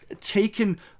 taken